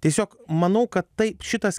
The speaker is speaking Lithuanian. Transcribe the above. tiesiog manau kad tai šitas